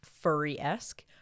furry-esque